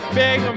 big